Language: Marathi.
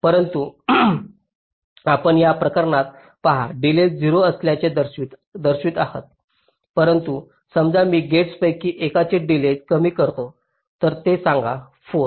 परंतु आपण या प्रकरणात पहा डिलेज 0 असल्याचे दर्शवित आहे परंतु समजा मी गेट्सपैकी एकाचे डिलेज कमी करतो तर हे सांगा 4